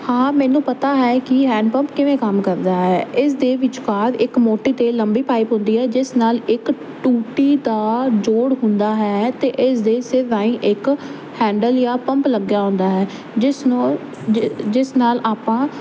ਹਾਂ ਮੈਨੂੰ ਪਤਾ ਹੈ ਕਿ ਹੈਂਡ ਪੰਪ ਕਿਵੇਂ ਕੰਮ ਕਰਦਾ ਹੈ ਇਸ ਦੇ ਵਿਚਕਾਰ ਇੱਕ ਮੋਟੀ ਅਤੇ ਲੰਬੀ ਪਾਈਪ ਹੁੰਦੀ ਹੈ ਜਿਸ ਨਾਲ ਇੱਕ ਟੂਟੀ ਦਾ ਜੋੜ ਹੁੰਦਾ ਹੈ ਅਤੇ ਇਸ ਦੇ ਸਿਰ ਰਾਹੀਂ ਇੱਕ ਹੈਂਡਲ ਜਾਂ ਪੰਪ ਲੱਗਿਆ ਹੁੰਦਾ ਹੈ ਜਿਸ ਨੂੰ ਜਿਸ ਨਾਲ ਆਪਾਂ